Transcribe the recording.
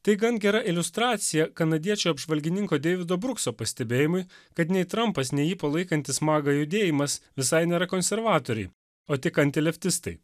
tai gan gera iliustracija kanadiečių apžvalgininko deivido brukso pastebėjimui kad nei trampas nei jį palaikantis maga judėjimas visai nėra konservatoriai o tik antileftistai